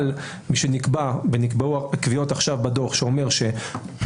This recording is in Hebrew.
אבל משנקבעו קביעות עכשיו בדוח שאומר שקבוצות